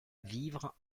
vivre